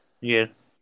Yes